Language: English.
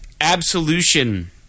Absolution